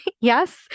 Yes